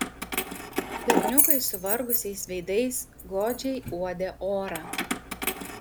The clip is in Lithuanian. berniukai suvargusiais veidais godžiai uodė orą